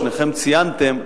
שניכם ציינתם,